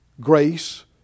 Grace